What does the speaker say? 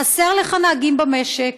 חסרים לך נהגים במשק,